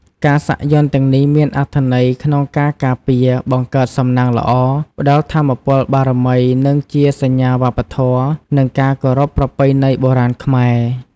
ការសាក់យ័ន្តទាំងនេះមានអត្ថន័យក្នុងការការពារ បង្កើតសំណាងល្អ ផ្ដល់ថាមពលបារមីនិងជា សញ្ញាវប្បធម៌ និងការគោរពប្រពៃណីបុរាណខ្មែរ។